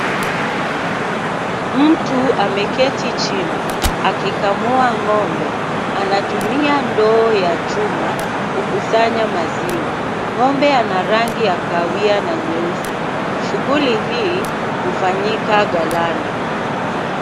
Mtu ameketi chini akikamua ng'ombe. Anatumia ndoo ya chuma kukusanya maziwa. Ng'ombe ana rangi ya kahawia na nyeusi. Shughuli hii hufanyika ghalani.